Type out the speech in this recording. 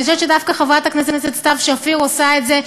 אני חושבת שדווקא חברת הכנסת סתיו שפיר עושה את זה,